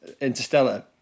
Interstellar